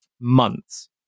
months